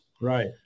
Right